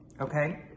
okay